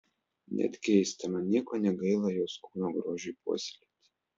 net keista man nieko negaila jos kūno grožiui puoselėti